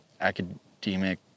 academic